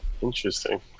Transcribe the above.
Interesting